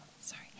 Sorry